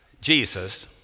Jesus